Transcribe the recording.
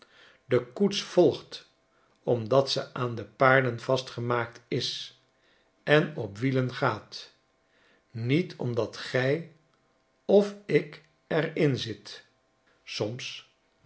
de koets volgt omdat ze aan de paarden vastgemaakt is en op wielen gaat niet omdat gij of ik er in zit soms